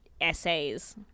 essays